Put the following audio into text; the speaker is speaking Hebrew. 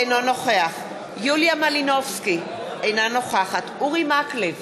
אינו נוכח יוליה מלינובסקי, אינה נוכחת אורי מקלב,